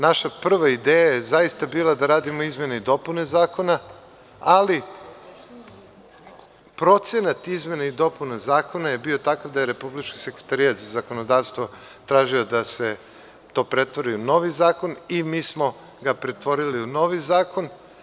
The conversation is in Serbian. Naša prva ideja je zaista bila da radimo izmene i dopune zakona, ali procenat izmena i dopuna zakona je bio takav da je Republički sekretarijat za zakonodavstvo tražio da se to pretvori u novi zakon i mi smo ga pretvorili u novi zakon.